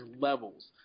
levels